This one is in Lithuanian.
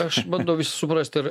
aš bandau vis suprasti ar